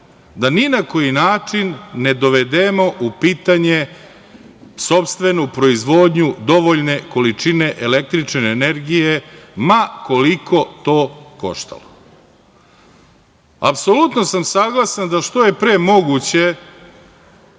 da ni na koji način ne dovedemo u pitanje sopstvenu proizvodnju dovoljne količine električne energije, ma koliko to koštalo. Apsolutno sam saglasan da što je pre moguće